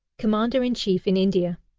commander-in-chief in india.